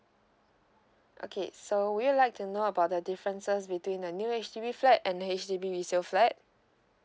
okay so would you like to know about the differences between the new H_D_B flat and H_D_B resale flat